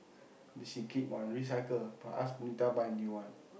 she keep on recycle but ask Punitha buy a new one